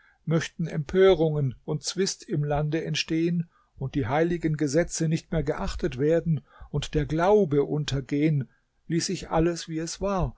möchten empörungen und zwist im lande entstehen und die heiligen gesetze nicht mehr geachtet werden und der glaube untergehen ließ ich alles wie es war